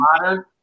modern